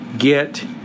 get